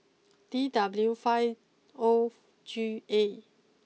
D W five O G A